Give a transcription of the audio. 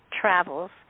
travels